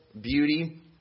beauty